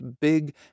big